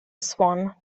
swan